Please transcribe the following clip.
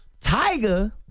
Tiger